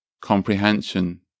comprehension